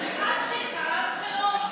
מיכל שיר קראה לנו "חלאות".